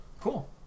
Cool